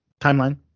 timeline